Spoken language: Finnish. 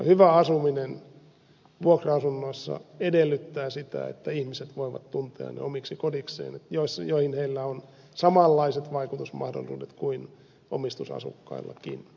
hyvä asuminen vuokra asunnoissa edellyttää sitä että ihmiset voivat tuntea ne omiksi kodeikseen joihin heillä on samanlaiset vaikutusmahdollisuudet kuin omistusasukkaillakin